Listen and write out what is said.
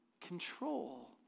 control